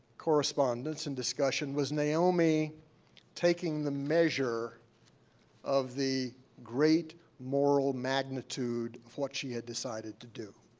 correspondence and discussion was naomi taking the measure of the great moral magnitude of what she had decided to do.